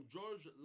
George